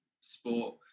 sport